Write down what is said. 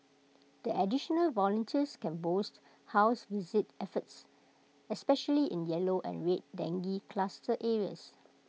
the additional volunteers can boost house visit efforts especially in yellow and red dengue cluster areas